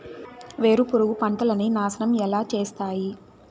వేరుపురుగు పంటలని నాశనం ఎలా చేస్తాయి?